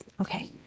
Okay